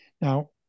Now